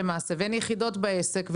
הן יחידות בעסק,